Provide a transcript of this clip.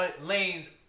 Lanes